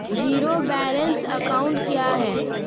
Zero balance account क्या है?